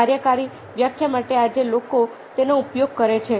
કાર્યકારી વ્યાખ્યા માટે આજે લોકો તેનો ઉપયોગ કરે છે